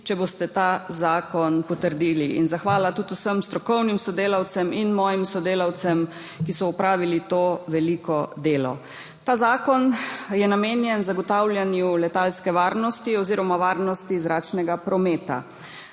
če boste ta zakon potrdili. Zahvala tudi vsem strokovnim sodelavcem in mojim sodelavcem, ki so opravili to veliko delo. Ta zakon je namenjen zagotavljanju letalske varnosti oziroma varnosti zračnega prometa.